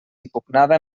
impugnada